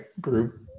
group